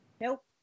Nope